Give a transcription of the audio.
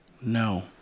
No